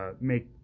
make